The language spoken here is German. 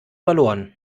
verloren